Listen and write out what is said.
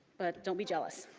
but don't be jealous.